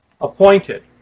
appointed